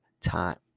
time